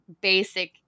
basic